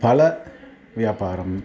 फलव्यापारम्